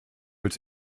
its